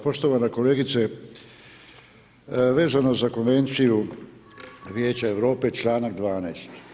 Poštovana kolegice, vezano za konvenciju Vijeća Europe čl. 12.